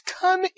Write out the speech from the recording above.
come